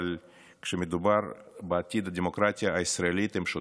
אבל כשמדובר בעתיד הדמוקרטיה הישראלית הם שותקים?